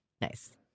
Nice